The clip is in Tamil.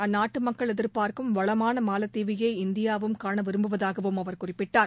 அந்நாட்டு மக்கள் எதிர்பார்க்கும் வளமான மாலத்தீவையே இந்தியாவும் காணவிரும்புவதாகவும் அவர் குறிப்பிட்டார்